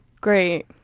great